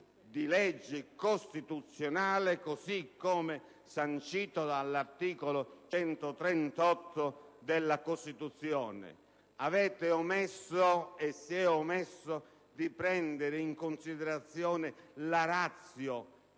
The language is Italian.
di legge costituzionale, così come sancito dall'articolo 138 della Costituzione». Avete omesso e si è omesso di prendere in considerazione la *ratio*